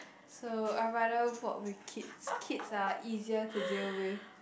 so I rather work with kids kids are easier to deal with